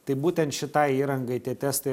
tai būtent šitai įrangai tie testai